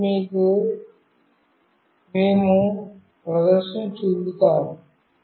ఇప్పుడు మేము మీకు ప్రదర్శనను చూపుతాము